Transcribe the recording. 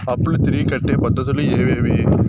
అప్పులు తిరిగి కట్టే పద్ధతులు ఏవేవి